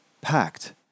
packed